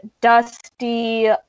dusty